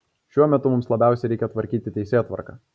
šiuo metu mums labiausiai reikia tvarkyti teisėtvarką